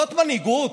זאת מנהיגות?